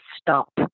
stop